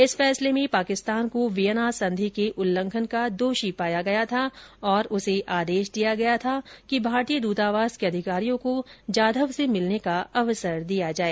इस फैसले में पाकिस्तान को विएना संधि के उल्लंघन का दोषी पाया गया था और उसे आदेश दिया गया था कि भारतीय दृतावास के अधिकारियों को जाधव से मिलने का अवसर दिया जाए